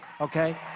okay